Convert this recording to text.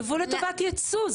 יבוא לטובת יצוא.